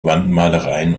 wandmalereien